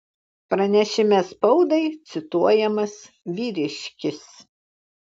pranešime spaudai cituojamas vyriškis